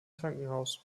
krankenhaus